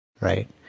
right